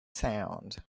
sound